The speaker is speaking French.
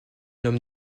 homme